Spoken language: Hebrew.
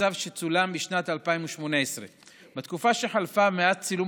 מהמצב שצולם בשנת 2018. בתקופה שחלפה מאז צילום